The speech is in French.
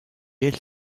elles